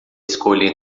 escolha